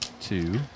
two